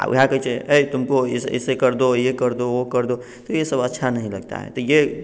वएह कहै छै अए तुमको ऐसे कर दो ये कर दो वो कर दो तो ये सब अच्छा नहीं लगता है ये